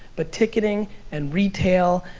but ticketing and retail,